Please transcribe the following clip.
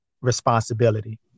responsibility